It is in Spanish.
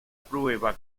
prueba